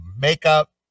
makeup